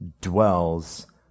dwells